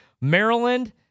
Maryland